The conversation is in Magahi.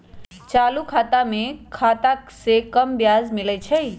चालू खता में बचत खता से कम ब्याज मिलइ छइ